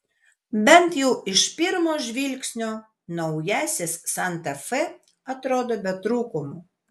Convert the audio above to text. bent jau iš pirmo žvilgsnio naujasis santa fe atrodo be trūkumų